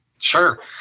Sure